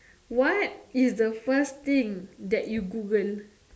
what is the first thing that you Google